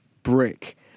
Brick